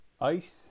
ice